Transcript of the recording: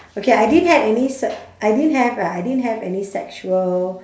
okay I didn't had any sex~ I didn't have ah I didn't have any sexual